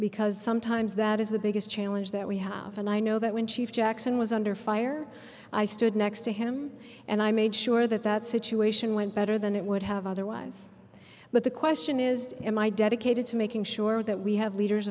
because sometimes that is the biggest challenge that we have and i know that when chief jackson was under fire i stood next to him and i made sure that that situation went better than it would have otherwise but the question is am i dedicated to making sure that we have leaders